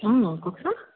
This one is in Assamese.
অ কওকচোন